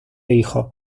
hijos